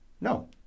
No